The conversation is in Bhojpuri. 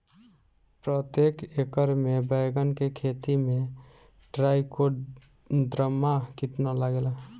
प्रतेक एकर मे बैगन के खेती मे ट्राईकोद्रमा कितना लागेला?